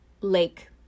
lake